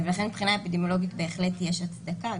לכן מבחינה אפידמיולוגית בהחלט יש הצדקה.